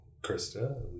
Krista